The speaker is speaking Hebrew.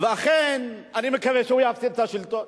ואכן, אני מקווה שהוא יפסיד את השלטון.